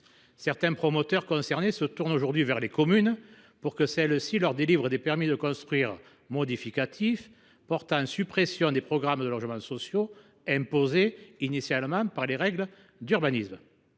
Certains des promoteurs concernés se tournent aujourd’hui vers les communes pour qu’elles leur délivrent des permis de construire modificatifs portant suppression des programmes de logements sociaux imposés initialement par les règles d’urbanisme.